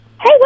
hey